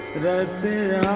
it as a